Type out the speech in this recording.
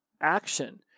action